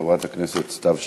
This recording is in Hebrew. חברת הכנסת סתיו שפיר,